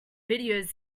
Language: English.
videos